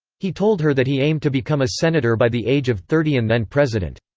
he told her that he aimed to become a senator by the age of thirty and then president.